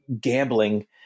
gambling